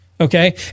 okay